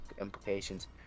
implications